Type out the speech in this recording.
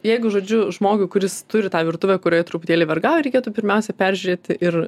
jeigu žodžiu žmogui kuris turi tą virtuvę kurioje truputėlį vergauja reikėtų pirmiausia peržiūrėti ir